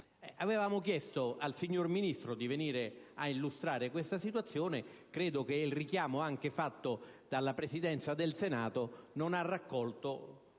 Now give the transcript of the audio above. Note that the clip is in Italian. Avevamo chiesto al Ministro di venire a illustrare questa situazione, ma anche il richiamo fatto dalla Presidenza del Senato non ha raccolto nessuna